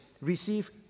receive